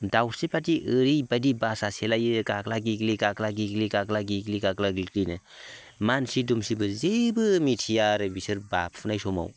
दाउस्रिफ्रा दि ओरैबायदि बासा सेलायलायो गाग्ला गिग्लि गाग्ला गिग्लि गाग्ला गिग्लि गाग्ला गिग्लिनो मानसि दुमसिबो जेबो मिथिया आरो बिसोर बाफुनाय समाव